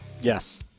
Yes